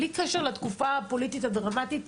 בלי קשר לתקופה הפוליטית הדרמטית,